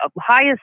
highest